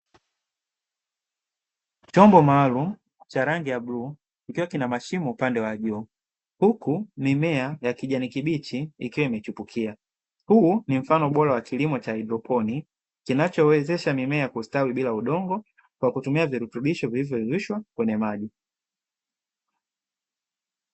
Chombo maalumu cha rangi ya bluu kikiwa kina mashimo upande wa juu, huku mimea ya kijani kibichi ikiwa imechipukia. Huu ni mfano bora wa kilimo cha haidroponi, kinachowezesha mimea kustawi bila udongo kwa kutumia virutubisho vinavyo yeyushwa kwenye maji.